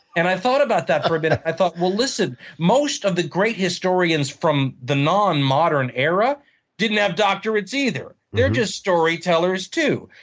and i thought about that for a bit. i thought listen, most of the great historians from the non modern era didn't have doctorates, either. they're just storytellers, too.